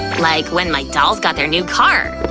like when my dolls got their new car!